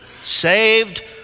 saved